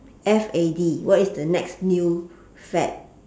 F A D what is the next new fad